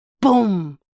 Boom